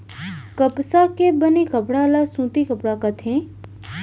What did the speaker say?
कपसा के बने कपड़ा ल सूती कपड़ा कथें